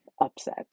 upset